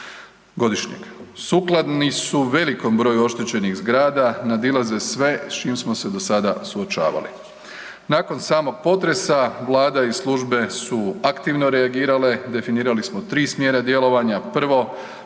godišnjeg. Sukladni su velikom broju oštećenih zgrada, nadilaze sve s čim smo se do sada suočavali. Nakon samog potresa vlada i službe su aktivno reagirale, definirali smo 3 smjera djelovanja. Prvo,